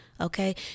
okay